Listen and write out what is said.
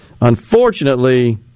unfortunately